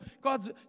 God's